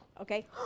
okay